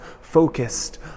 focused